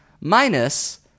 minus